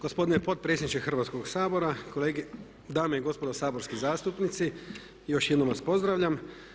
Gospodine potpredsjedniče Hrvatskog sabora, dame i gospodo saborski zastupnici, još jednom vas pozdravljam.